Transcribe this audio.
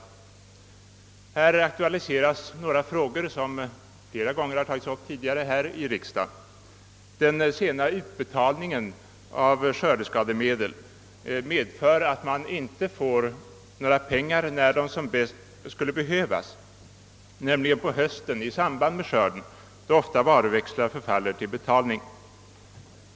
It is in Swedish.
I detta sammanhang aktualiseras några frågor som flera gånger tidigare tagits upp här i riksdagen. Den sena utbetalningen av skördeskademedel medför att jordbrukarna inte får några pengar när de skulle behövas bäst, nämligen på hösten i samband med skörden då ofta varuväxlar förfaller till betalning.